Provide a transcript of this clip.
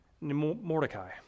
Mordecai